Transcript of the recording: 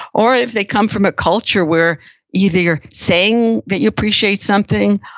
or if they come from a culture where either your saying that you appreciate something